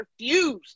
refused